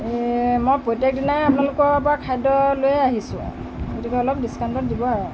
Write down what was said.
এ মই প্ৰত্যেকদিনাই আপোনালোকৰ পৰা খাদ্য লৈয়ে আহিছোঁ গতিকে অলপ ডিচকাউণ্টত দিব আৰু